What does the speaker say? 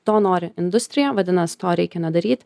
to nori industrija vadinas to reikia nedaryt